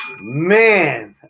man